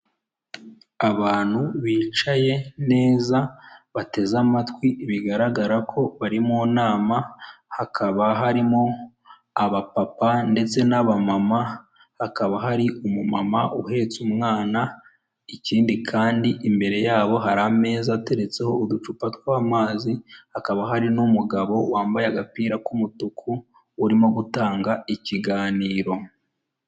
Abantu bicaye neza, bateze amatwi bigaragara ko bari mu nama, hakaba harimo abapapa ndetse n'abamama, hakaba hari umumama uhetse umwana, ikindi kandi, imbere yabo hari ameza ateretseho uducupa tw'amazi, hakaba hari n'umugabo wambaye agapira k'umutuku urimo gutanga ikiganiro.